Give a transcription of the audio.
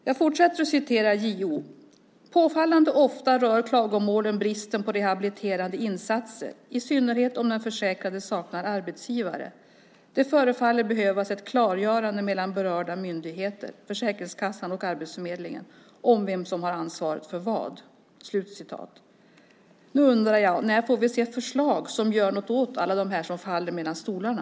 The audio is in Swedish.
Jag fortsätter med att citera JO: "Påfallande ofta rör klagomålen bristen på rehabiliterande insatser, i synnerhet om den försäkrade saknar arbetsgivare. Det förefaller behövas ett klargörande mellan berörda myndigheter - Försäkringskassan och Arbetsförmedlingen - om vem som har ansvaret för vad." Jag undrar när vi får se förslag till åtgärder som gör något åt detta med alla som faller mellan stolarna.